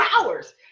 hours